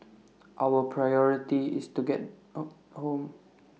our priority is to get home home